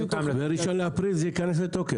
ב-1 באפריל זה ייכנס לתוקף.